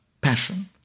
passion